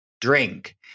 drink